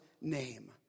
name